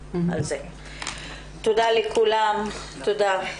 תודה לכולם הישיבה נעולה.